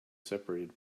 separated